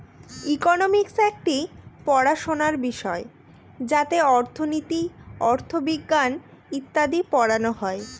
economics একটি পড়াশোনার বিষয় যাতে অর্থনীতি, অথবিজ্ঞান ইত্যাদি পড়ানো হয়